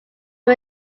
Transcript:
who